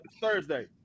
Thursday